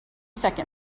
seconds